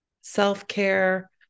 self-care